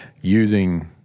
using